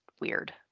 weird